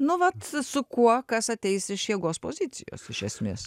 nu vat su kuo kas ateis iš jėgos pozicijos iš esmės